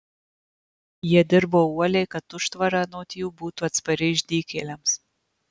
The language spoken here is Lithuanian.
jie dirbo uoliai kad užtvara anot jų būtų atspari išdykėliams